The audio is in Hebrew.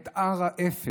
את הר האפר,